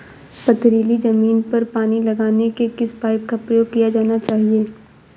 पथरीली ज़मीन पर पानी लगाने के किस पाइप का प्रयोग किया जाना चाहिए?